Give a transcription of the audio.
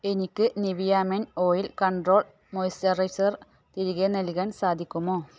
എനിക്ക് Nivea men oil control moisturiser തിരികെ നൽകാൻ സാധിക്കുമോ